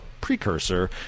precursor